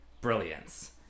brilliance